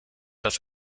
das